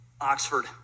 Oxford